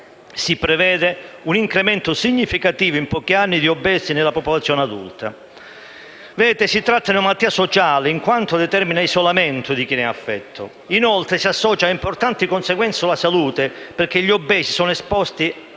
si prevede un incremento significativo, in pochi anni, di obesi nella popolazione adulta. Vedete, si tratta di una malattia sociale in quanto determina isolamento di chi ne è affetto. Inoltre si associa ad importanti conseguenze sulla salute perché gli obesi sono esposti